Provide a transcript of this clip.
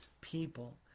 people